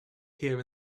here